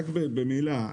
רק במילה,